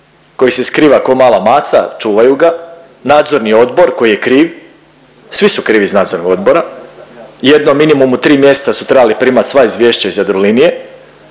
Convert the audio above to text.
koji se skriva ko mala maca, čuvaju ga. Nadzorni odbor koji je kriv, svi su krivi iz nadzornog odbora, jedno minimum u tri mjeseca su trebali primat sva izvješća iz Jadrolinije,